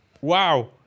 wow